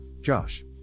Josh